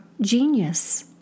genius